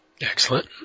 Excellent